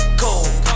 cold